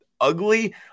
ugly